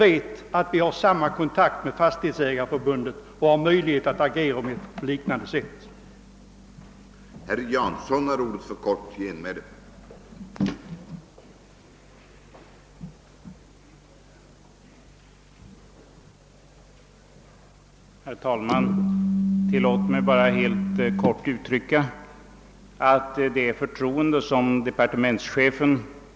Vi bör få samma kontakter med Fastighets ägareförbundet i det fallet och får därför möjlighet att agera på samma sätt som i fråga om de allmännyttiga bostadsföretagen.